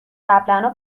قبلاًها